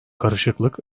karışıklık